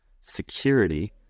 security